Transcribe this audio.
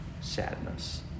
sadness